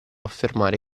affermare